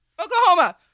Oklahoma